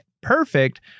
perfect